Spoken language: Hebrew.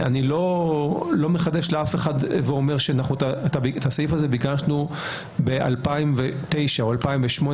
את הסעיף הזה ביקשנו בשנת 2009 או ב-2008,